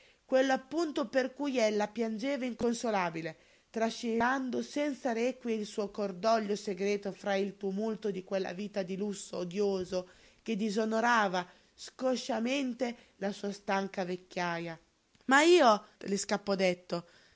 quello appunto per cui ella piangeva inconsolabile trascinando senza requie il suo cordoglio segreto fra il tumulto di quella vita di lusso odioso che disonorava sconciamente la sua stanca vecchiaja ma io le scappò detto